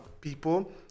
people